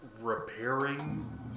repairing